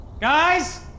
Guys